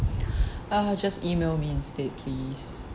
uh just E-mail me instead please